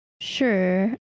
sure